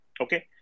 okay